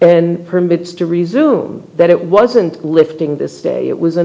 s permits to resume that it wasn't lifting this day it was a